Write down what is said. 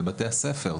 לבתי הספר.